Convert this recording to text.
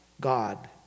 God